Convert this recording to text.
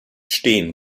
stehen